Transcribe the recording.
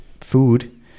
food